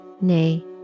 Nay